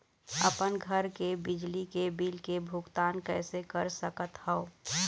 अपन घर के बिजली के बिल के भुगतान कैसे कर सकत हव?